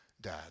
Dad